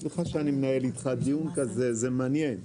סליחה שאני מנהל איתך דיון כזה, זה מעניין.